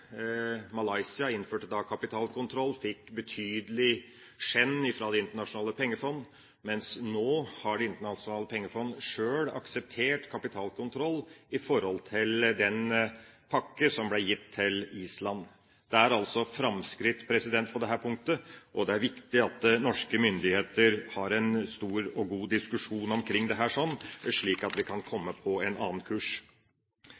Malaysia innførte da kapitalkontroll, fikk betydelig skjenn fra Det internasjonale pengefondet, mens nå har Det internasjonale pengefondet sjøl akseptert kapitalkontroll i forbindelse med den pakke som ble gitt til Island. Det er altså framskritt på dette punktet, og det er viktig at norske myndigheter har en stor og god diskusjon omkring dette, slik at vi kan komme på en annen kurs.